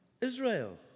Israel